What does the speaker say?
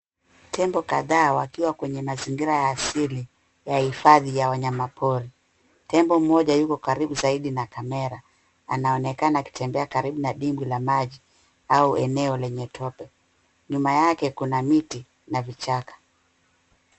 Tembo kadhaa wakiwa kwenye mazingira ya asili ya hifadhi ya wanyama pori. Tembo mmoja yuko karibu zaidi na kamera, anaonekana akitembea karibu na dhimbwi la maji au eneo lenye tope. Nyuma yake kuna miti na vichaka.